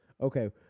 Okay